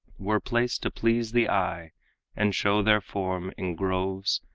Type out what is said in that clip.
were placed to please the eye and show their form in groves,